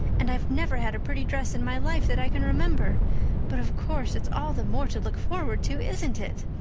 and i've never had a pretty dress in my life that i can remember but of course it's all the more to look forward to, isn't it?